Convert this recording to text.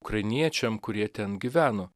ukrainiečiam kurie ten gyveno